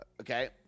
Okay